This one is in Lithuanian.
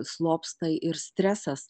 slopsta ir stresas